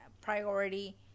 priority